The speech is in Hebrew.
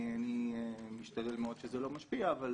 אני משתדל מאוד שזה לא ישפיע עלי,